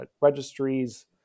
registries